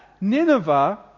Nineveh